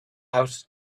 out